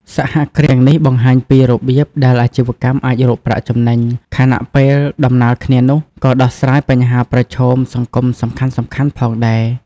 សហគ្រាសទាំងនេះបង្ហាញពីរបៀបដែលអាជីវកម្មអាចរកប្រាក់ចំណេញ ខណៈពេលដំណាលគ្នានោះក៏ដោះស្រាយបញ្ហាប្រឈមសង្គមសំខាន់ៗផងដែរ ។